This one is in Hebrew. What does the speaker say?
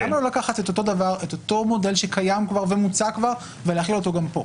למה לא לקחת את אותו מודל שכבר קיים ומוצע כבר ולהחיל אותו גם פה,